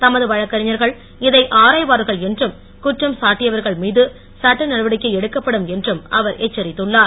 தமது வழக்கறிஞர்கள் இதை ஆராய்வார்கள் என்றும் குற்றம் சாட்டியவர்கள் மீது சட்ட நடவடிக்கை எடுக்கப்படும் என்றும் அவர் எச்சரித்துள்ளார்